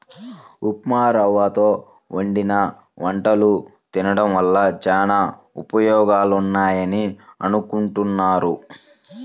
ఉప్మారవ్వతో వండిన వంటలు తినడం వల్ల చానా ఉపయోగాలున్నాయని అనుకుంటున్నారు